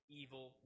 evil